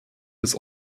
des